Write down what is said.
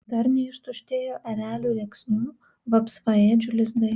dar neištuštėjo erelių rėksnių vapsvaėdžių lizdai